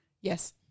Yes